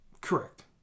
Correct